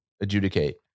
adjudicate